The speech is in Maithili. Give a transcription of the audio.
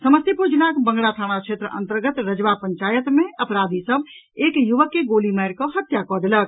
समस्तीपुर जिलाक बंगरा थाना क्षेत्र अंतर्गत रजवा पंचायत मे अपराधी सभ एक युवक के गोली मारिकऽ हत्या कऽ देलक